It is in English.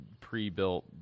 pre-built